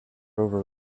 over